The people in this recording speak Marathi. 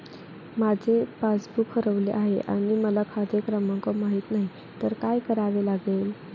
माझे पासबूक हरवले आहे आणि मला खाते क्रमांक माहित नाही तर काय करावे लागेल?